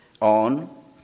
on